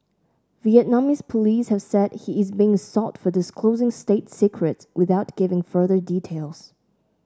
Vietnamese police have said he is being sought for disclosing state secrets without giving further details